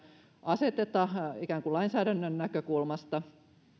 aseteta ikään kuin lainsäädännön näkökulmasta